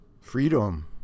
Freedom